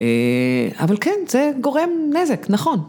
אה... אבל כן, זה גורם נזק, נכון.